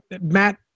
Matt